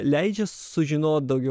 leidžia sužinot daugiau